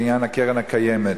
בעניין הקרן הקיימת.